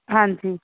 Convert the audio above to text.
ਹਾਂਜੀ